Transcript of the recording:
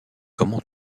comment